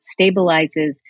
stabilizes